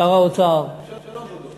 שר האוצר, שלום, כבודו.